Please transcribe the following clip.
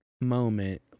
moment